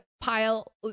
pile